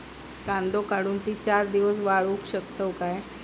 कांदो काढुन ती चार दिवस वाळऊ शकतव काय?